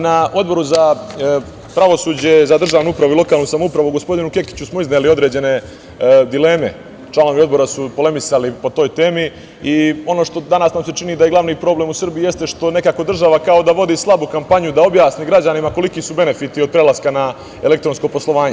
Na Odboru za pravosuđe, državnu upravu i lokalnu samoupravu gospodinu Kekiću smo izneli određene dileme, članovi Odbora su polemisali po toj temi i ono što nam se danas čini da je glavni problem u Srbiji, jeste što nekako država kao da vodi slabu kampanju da objasni građanima koliki su benefiti od prelaska na elektronsko poslovanje.